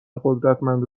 قدرتمند